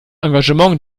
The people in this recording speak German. engagement